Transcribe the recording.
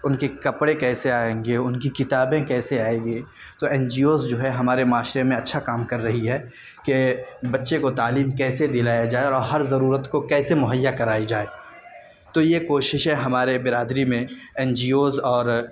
ان کے کپڑے کیسے آئیں گے ان کی کتابیں کیسے آئیں گی تو این جی اوز جو ہے ہمارے معاشرے میں اچھا کام کر رہی ہے کہ بچے کو تعلیم کیسے دلایا جائے اور ہر ضرورت کو کیسے مہیا کرائی جائے تو یہ کوششیں ہمارے برادری میں این جی اوز اور